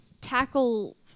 tackle